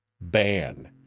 ban